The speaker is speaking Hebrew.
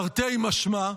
תרתי משמע,